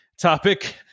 topic